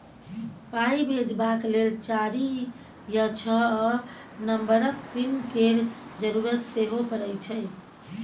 पाइ भेजबाक लेल चारि या छअ नंबरक पिन केर जरुरत सेहो परय छै